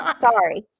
Sorry